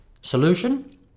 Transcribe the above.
Solution